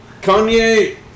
Kanye